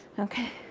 okay,